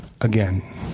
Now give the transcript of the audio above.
again